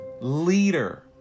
leader